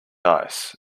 ice